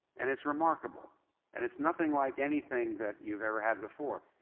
and it's remarkable and it's nothing like anything that you've ever had before.